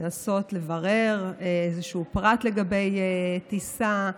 לנסות לברר איזשהו פרט לגבי הטיסה,